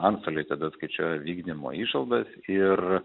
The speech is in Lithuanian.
antstoliai tada skaičiuoja vykdymo išlaidas ir